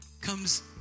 comes